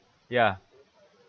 ya